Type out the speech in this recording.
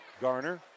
Garner